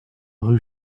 rue